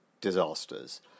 disasters